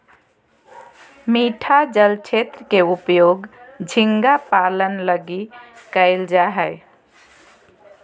मीठा जल क्षेत्र के उपयोग झींगा पालन लगी कइल जा हइ